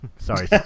Sorry